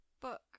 book